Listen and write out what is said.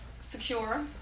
secure